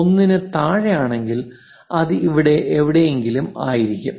1 ന് താഴെയാണെങ്കിൽ അത് ഇവിടെ എവിടെയെങ്കിലും ആയിരിക്കും